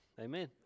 Amen